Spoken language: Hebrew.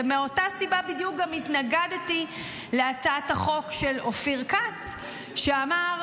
ומאותה סיבה בדיוק גם התנגדתי להצעת החוק של אופיר כץ שאמר: